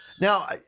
Now